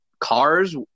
cars